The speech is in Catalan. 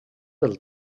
del